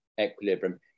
equilibrium